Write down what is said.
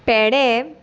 पेडे